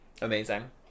Amazing